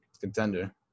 contender